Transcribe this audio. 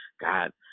God